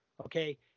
okay